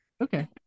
Okay